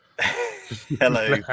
Hello